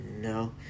no